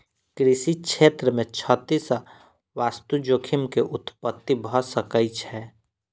कृषि क्षेत्र मे क्षति सॅ वास्तु जोखिम के उत्पत्ति भ सकै छै